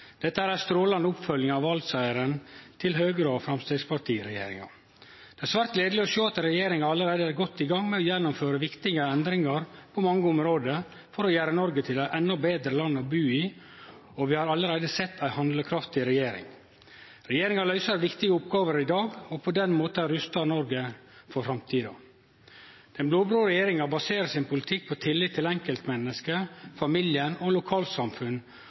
Dette er ei strålande oppfølging av valsigeren til Høgre–Framstegsparti-regjeringa. Det er svært gledelig å sjå at regjeringa allereie er godt i gang med å gjennomføre viktige endringar på mange område for å gjere Noreg til eit endå betre land å bu i, og vi har allereie sett ei handlekraftig regjering. Regjeringa løyser viktige oppgåver i dag for på den måten å ruste Noreg for framtida. Den blå-blå regjeringa baserer sin politikk på tillit til enkeltmenneske, familien og lokalsamfunn